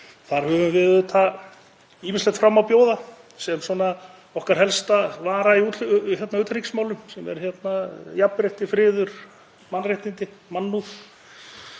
Þar höfum við auðvitað ýmislegt fram að bjóða sem er okkar helsta vara í utanríkismálum, sem er jafnrétti, friður, mannréttindi, mannúð.